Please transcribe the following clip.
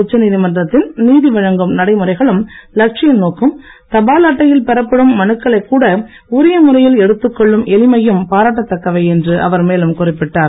உச்ச நீதிமன்றத்தின் நீதி வழங்கும் நடைமுறைகளும் லட்சிய நோக்கும் தபால் அட்டையில் பெறப்படும் மனுக்களைக் கூட உரிய முறையில் எடுத்துக் கொள்ளும் எளிமையும் பாராட்டத்தக்கவை என்று அவர் மேலும் குறிப்பிட்டார்